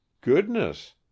Goodness